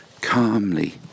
calmly